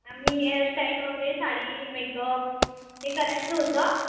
आम्ही हेअरस्टाईल वगैरे साडी मेकअप हे करायचं होतं